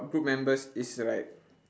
group members is like